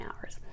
hours